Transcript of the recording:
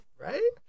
Right